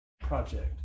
Project